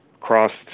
crossed